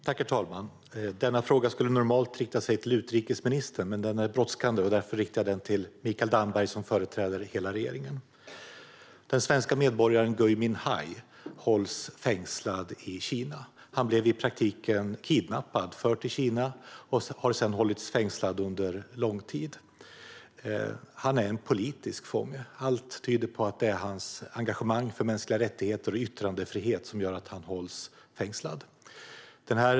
Herr talman! Denna fråga skulle normalt rikta sig till utrikesministern, men den är brådskande, och därför riktar jag den till Mikael Damberg, som företräder hela regeringen. Den svenske medborgaren Gui Minhai hålls fängslad i Kina. Han blev i praktiken kidnappad och förd till Kina och har sedan hållits fängslad under lång tid. Han är en politisk fånge. Allt tyder på att det är hans engagemang för mänskliga rättigheter och yttrandefrihet som gör att han hålls fängslad.